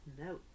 No